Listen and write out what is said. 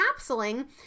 capsuling